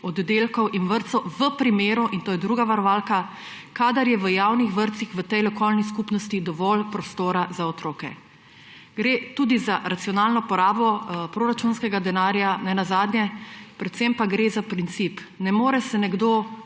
oddelkov in vrtcev v primeru – in to je druga varovalka –, kadar je v javnih vrtcih v tej lokalni skupnosti dovolj prostora za otroke. Gre tudi za racionalno porabo proračunskega denarja nenazadnje, predvsem pa gre za princip. Ne more se nekdo,